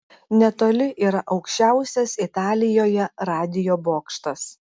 netoli yra aukščiausias italijoje radijo bokštas